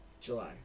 july